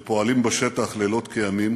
שפועלים בשטח לילות כימים.